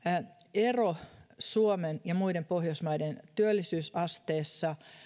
ero suomen ja muiden pohjoismaiden työllisyysasteessa